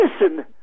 listen